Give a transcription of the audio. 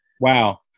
wow